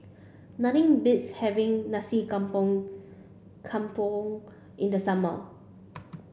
nothing beats having Nasi Campur in the summer